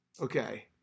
Okay